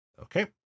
Okay